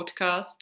podcast